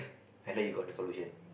and then you got the solution